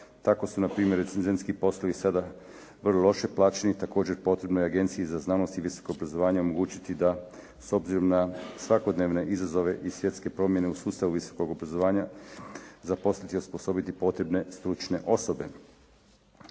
Tako su na primjer recenzentski poslovi sada vrlo loše plašeni, također potrebno je Agenciji za znanost i visoko obrazovanje omogućiti da s obzirom na svakodnevne izazove i svjetske promjene u sustavu visokog obrazovanja zaposliti i osposobiti potrebne stručne osobe.